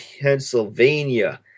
Pennsylvania